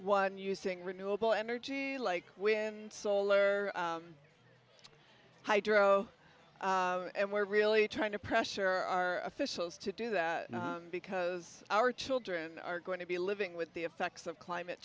one using renewable energy like wind and solar hydro and we're really trying to pressure our officials to do that because our children are going to be living with the effects of climate